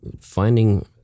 finding